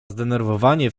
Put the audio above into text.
zdenerwowanie